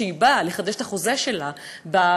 כשהיא באה לחדש את החוזה שלה בבית-הכנסת,